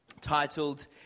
titled